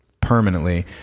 permanently